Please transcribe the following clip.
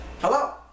Hello